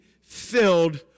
filled